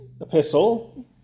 epistle